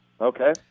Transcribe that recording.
Okay